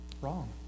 Wrong